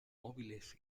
móviles